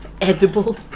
Edible